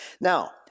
Now